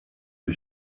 gdy